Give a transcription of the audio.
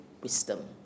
wisdom